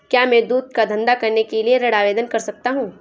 क्या मैं दूध का धंधा करने के लिए ऋण आवेदन कर सकता हूँ?